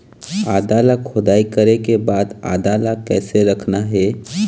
आदा ला खोदाई करे के बाद आदा ला कैसे रखना हे?